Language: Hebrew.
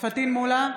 פטין מולא,